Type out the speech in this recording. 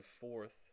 fourth